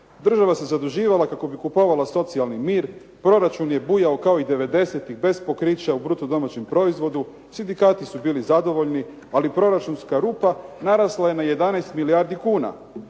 Država se zaduživala kako bi kupovala socijalni mir, proračun je bujao kao i devedesetih bez pokrića u bruto domaćem proizvodu, sindikati su bili zadovoljni, ali proračunska rupa narasla je na 11 milijardi kuna.